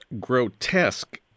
grotesque